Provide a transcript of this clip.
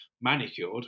manicured